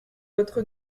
votre